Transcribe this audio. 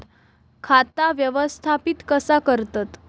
खाता व्यवस्थापित कसा करतत?